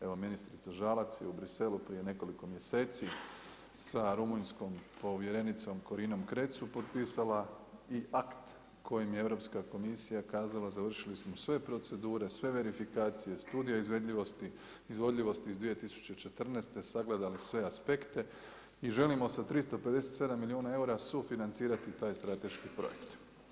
Evo ministrica Žalac je u Bruxellesu prije nekoliko mjeseci sa rumunjskom povjerenicom Corinom Creţu potpisala i akt kojim je Europska komisija kazala završili smo sve procedure, sve verifikacije, studije izvodljivosti iz 201¸4., sagledali sve aspekte i želimo sa 357 milijuna eura sufinancirati taj strateški projekt.